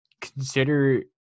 consider